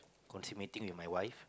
consummating with my wife